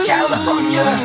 California